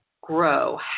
grow